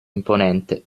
imponente